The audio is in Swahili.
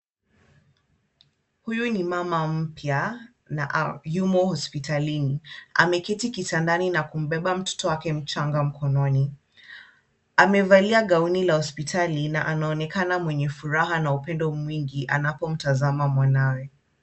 Huyu ni mama mpya na yumo hospitalini. Ameketi kitandani na kumbeba mtoto wake mchanga mkononi. Amevalia gauni la hospitali na anaonekana mwenye furaha na upendo mwingi anapomtazama mwanawe.